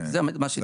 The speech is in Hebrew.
זה מה שהתכוונתי.